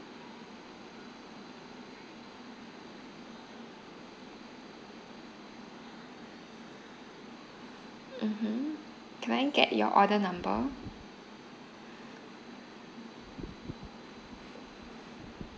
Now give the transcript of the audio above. mmhmm can I get your order number